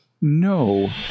No